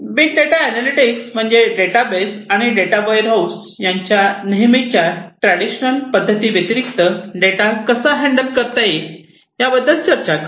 big data analytics म्हणजे database आणि data warehouse यांच्या नेहमीच्या ट्रॅडिशनल पद्धती व्यतिरिक्त डेटा कसा हँडल करता येईल याबद्दल चर्चा करतो